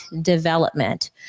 development